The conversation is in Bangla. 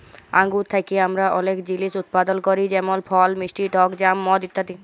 আঙ্গুর থ্যাকে আমরা অলেক জিলিস উৎপাদল ক্যরি যেমল ফল, মিষ্টি টক জ্যাম, মদ ইত্যাদি